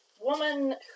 woman